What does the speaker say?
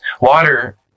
Water